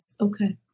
Okay